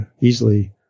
easily